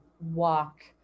walk